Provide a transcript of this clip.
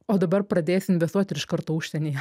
o dabar pradėsi investuot ir iš karto užsienyje